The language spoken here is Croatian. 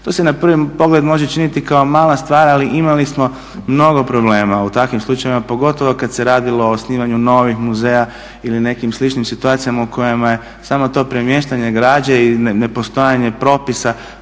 To se na prvi pogleda može činiti kao mala stvar, ali imali smo mnogo problema u takvim slučajevima, pogotovo kada se radilo o osnivanju novih muzeja ili nekim sličnim situacijama u kojima je samo to premještanje građe i nepostojanje propisa